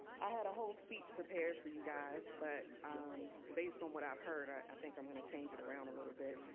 i had a whole speech prepared for you guys, but based on what i've heard, ah i think i'm going to change it around a little bit.